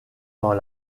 dans